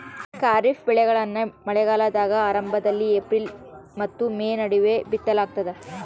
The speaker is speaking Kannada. ಖಾರಿಫ್ ಬೆಳೆಗಳನ್ನ ಮಳೆಗಾಲದ ಆರಂಭದಲ್ಲಿ ಏಪ್ರಿಲ್ ಮತ್ತು ಮೇ ನಡುವೆ ಬಿತ್ತಲಾಗ್ತದ